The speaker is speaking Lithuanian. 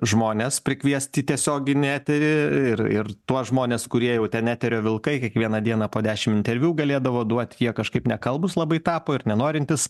žmones prikviest į tiesioginį eterį ir ir tuos žmones kurie jau ten eterio vilkai kiekvieną dieną po dešimt interviu galėdavo duot jie kažkaip nekalbūs labai tapo ir nenorintys